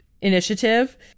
initiative